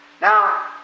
Now